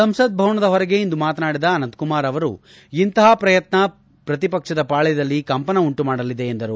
ಸಂಸತ್ ಭವನದ ಹೊರಗೆ ಇಂದು ಮಾತನಾಡಿದ ಅನಂತ್ಕುಮಾರ್ ಅವರು ಇಂತಹ ಪ್ರಯತ್ನ ಪ್ರತಿಪಕ್ಷದ ಪಾಳೆಯಲ್ಲಿ ಕಂಪನ ಉಂಟುಮಾಡಲಿದೆ ಎಂದರು